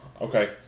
Okay